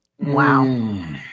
wow